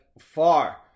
far